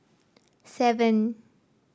seven